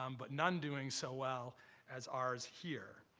um but none doing so well as ours here.